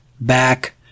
back